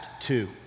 two